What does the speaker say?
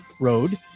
road